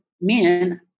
men